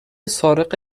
سارق